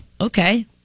okay